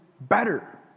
better